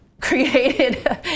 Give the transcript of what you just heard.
created